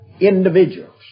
Individuals